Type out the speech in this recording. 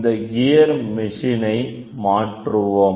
இந்த கியர் மிஷினை மாற்றுவோம்